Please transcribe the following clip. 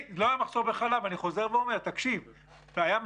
בלחם לא היה מחסור גם לא באריזה מסוימת.